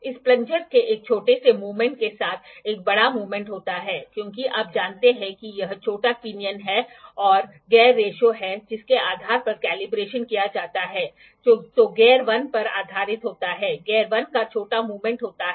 कई बार जब इनमें से कई हिस्सों को एक सब असेंबली या पूर्ण उत्पाद बनाने के लिए एक साथ इकट्ठा किया जाता है तो एंगल माप बहुत महत्वपूर्ण होता है